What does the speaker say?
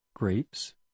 Grapes